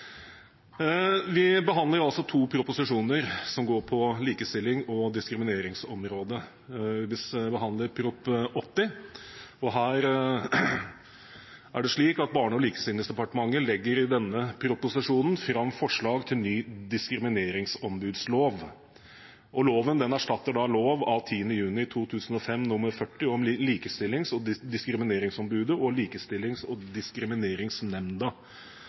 Vi behandler altså to proposisjoner som går på likestillings- og diskrimineringsområdet. I Prop. 80 L for 2016–2017 legger Barne- og likestillingsdepartementet fram forslag til ny diskrimineringsombudslov. Loven erstatter lov av 10. juni 2005 nr. 40 om Likestillings- og diskrimineringsombudet og Likestillings- og diskrimineringsnemnda,